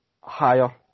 higher